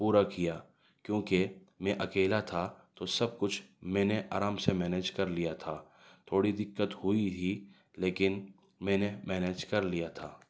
پورا کیا کیونکہ میں اکیلا تھا تو سب کچھ میں نے آرام سے مینج کر لیا تھا تھوڑی دقت ہوئی تھی لیکن میں نے مینج کر لیا تھا